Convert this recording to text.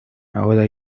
ahora